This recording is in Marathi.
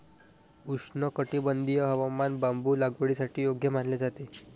उष्णकटिबंधीय हवामान बांबू लागवडीसाठी योग्य मानले जाते